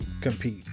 compete